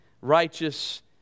righteous